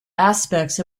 aspects